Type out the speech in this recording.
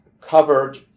covered